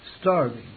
starving